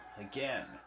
again